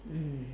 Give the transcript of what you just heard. mm